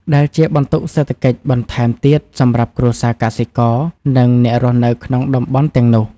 ដែលជាបន្ទុកសេដ្ឋកិច្ចបន្ថែមទៀតសម្រាប់គ្រួសារកសិករ និងអ្នករស់នៅក្នុងតំបន់ទាំងនោះ។